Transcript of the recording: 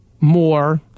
more